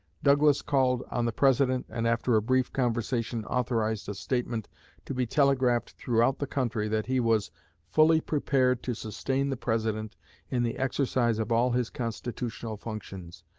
douglas called on the president and after a brief conversation authorized a statement to be telegraphed throughout the country that he was fully prepared to sustain the president in the exercise of all his constitutional functions,